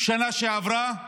בשנה שעברה,